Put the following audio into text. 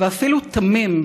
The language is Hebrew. ואפילו תמים,